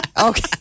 Okay